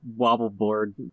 Wobbleboard